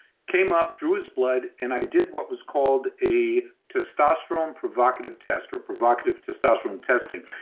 came up, drew his blood and i did what was called a testosterone provocative test or provocative testosterone testing.